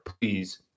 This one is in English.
please